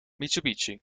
mitsubishi